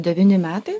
devyni metai